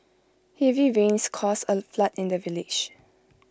heavy rains caused A flood in the village